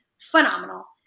phenomenal